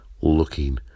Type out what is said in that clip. looking